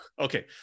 Okay